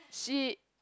shit